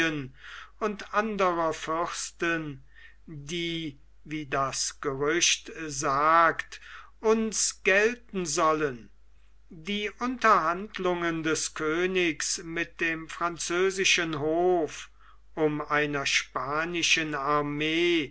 und anderer fürsten die wie das gerücht sagt uns gelten sollen die unterhandlungen des königs mit dem französischen hof um einer spanischen armee